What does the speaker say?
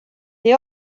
they